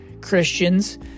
Christians